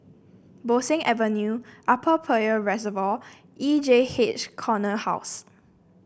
Bo Seng Avenue Upper Peirce Reservoir E J H Corner House